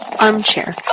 Armchair